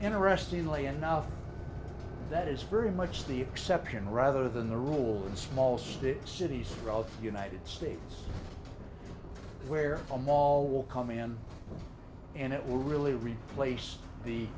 interestingly enough that is very much the exception rather than the rule in small states cities of the united states where a mall will come in and it will really replace the